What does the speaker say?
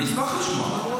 אני אשמח לשמוע.